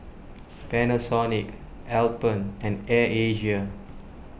Panasonic Alpen and Air Asia